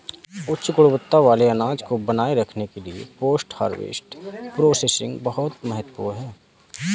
उच्च गुणवत्ता वाले अनाज को बनाए रखने के लिए पोस्ट हार्वेस्ट प्रोसेसिंग बहुत महत्वपूर्ण है